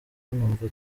numva